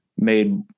made